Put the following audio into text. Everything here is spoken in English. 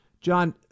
John